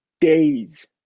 days